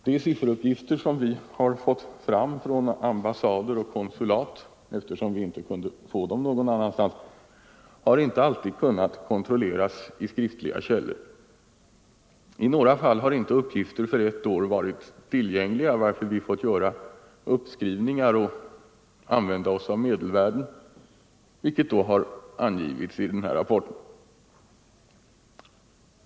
De sifferuppgifter som vi har fått fram från ambassader och konsulat — eftersom vi inte kunde få dem någon annanstans — har inte alltid kunnat kontrolleras i skriftliga källor. I några fall har inte uppgifter för ett år varit tillgängliga, varför vi har fått göra uppskrivningar och använda oss av medelvärden, vilket då har angetts i rapporten.